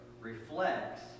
reflects